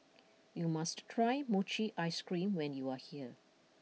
you must try Mochi Ice Cream when you are here